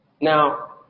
Now